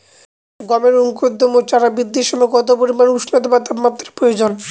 গমের অঙ্কুরোদগম ও চারা বৃদ্ধির সময় কত পরিমান উষ্ণতা বা তাপমাত্রা প্রয়োজন?